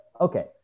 okay